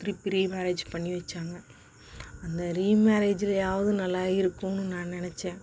திருப்பி ரீமேரேஜ் பண்ணி வச்சாங்க அந்த ரீமேரேஜ்லேயாவது நல்லா இருக்கும்னு நான் நினச்சேன்